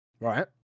Right